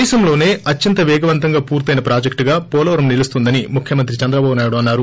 దేశంలోసే అత్యంత పేగవంతంగా పూర్తయిన ప్రాజెక్టుగా పోలవరం నిలుస్తుందని ముఖ్యమంత్రి చంద్రబాబు నాయుడు అన్నారు